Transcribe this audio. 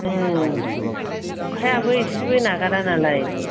उम अखायाबो एसेबो नागारानालाय